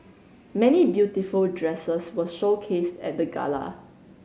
many beautiful dresses were showcased at the gala